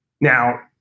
Now